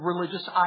religious